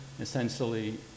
essentially